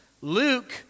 Luke